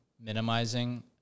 minimizing